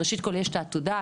ראשית כל יש את העתודה,